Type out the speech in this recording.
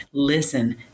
Listen